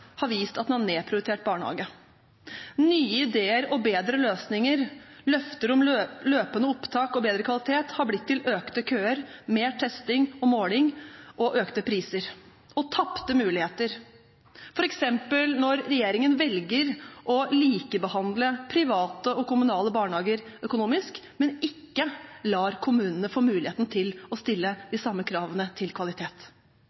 har vist at den har nedprioritert barnehage. Nye ideer og bedre løsninger, løfter om løpende opptak og bedre kvalitet har blitt til økte køer, mer testing og måling og økte priser – og tapte muligheter, f.eks. når regjeringen velger å likebehandle private og kommunale barnehager økonomisk, men ikke lar kommunene få muligheten til å stille